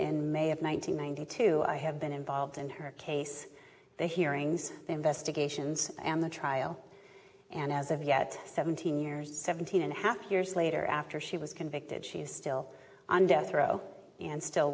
hundred two i have been involved in her case they hearings investigations and the trial and as of yet seventeen years seventeen and a half years later after she was convicted she is still on death row and still